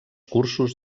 cursos